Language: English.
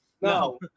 No